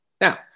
Now